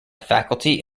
faculty